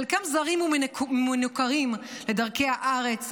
חלקם זרים ומנוכרים לדרכי הארץ,